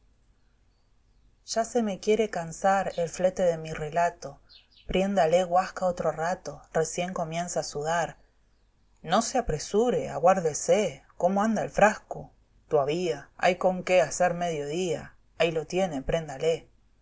ya se me quiere cansar el flete de mi relato priendalé guasca otro rato recién comienza a sudar no se apure aguárdese cómo anda el frasco tuavía hay con qué hacer medio día ahí lo tiene priendalé